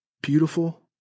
beautiful